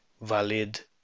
valid